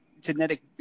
Genetic